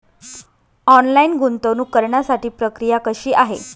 Online गुंतवणूक करण्यासाठी प्रक्रिया कशी आहे?